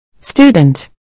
Student